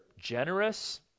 generous